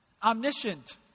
omniscient